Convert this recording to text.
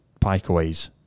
Pikeaways